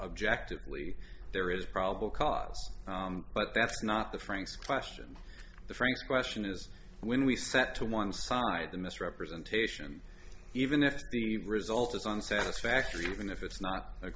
objectively there is probable cause but that's not the franks question the franks question is when we sat to one side the misrepresentation even if the result isn't satisfactory even if it's not a